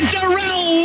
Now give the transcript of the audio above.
Darrell